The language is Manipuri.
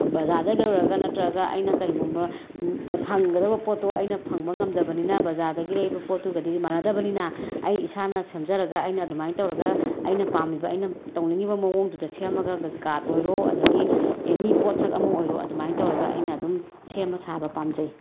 ꯕꯖꯥꯔꯗꯒꯤ ꯂꯩꯔꯨꯔꯒ ꯅꯠꯇ꯭ꯔꯒ ꯑꯩꯅ ꯀꯔꯤꯒꯨꯝꯕ ꯐꯪꯒꯗꯒ ꯄꯣꯠꯇꯣ ꯑꯩꯅ ꯐꯪꯕ ꯉꯃꯗꯕꯅꯤꯅ ꯕꯖꯥꯔꯗꯒꯤ ꯂꯩꯕ ꯄꯣꯠꯇꯨꯒꯗꯤ ꯃꯥꯟꯅꯗꯕꯅꯤꯅ ꯑꯩ ꯏꯁꯥꯅ ꯁꯦꯝꯖꯔꯒ ꯑꯩꯅ ꯑꯗꯨꯃꯥꯏꯅ ꯇꯧꯔꯒ ꯑꯩꯅ ꯄꯥꯝꯂꯤꯕ ꯑꯩꯅ ꯇꯧꯅꯤꯡꯏꯕ ꯃꯑꯣꯡꯗꯨꯗ ꯁꯦꯝꯃꯒ ꯀꯥꯠ ꯑꯣꯏꯔꯣ ꯑꯗꯒꯤ ꯑꯦꯅꯤ ꯄꯣꯠꯁꯛ ꯑꯃ ꯑꯣꯏꯔꯣ ꯑꯗꯨꯃꯥꯏꯅ ꯇꯧꯔꯒ ꯑꯩꯅ ꯑꯗꯨꯝ ꯁꯦꯝꯕ ꯁꯥꯕ ꯄꯥꯝꯖꯩ